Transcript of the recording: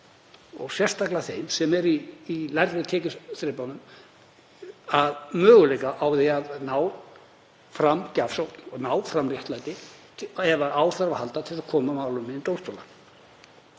og sérstaklega þeim sem eru í lægri tekjuþrepunum möguleika á því að ná fram gjafsókn og ná fram réttlæti ef á þarf að halda til að koma málum fyrir dómstóla.